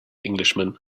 englishman